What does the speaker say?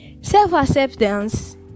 Self-acceptance